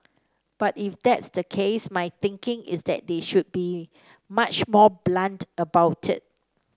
but if that's the case my thinking is that they should be much more blunt about it